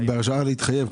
בהרשאה להתחייב,